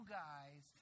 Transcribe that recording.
guys